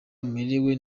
amerewe